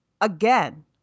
again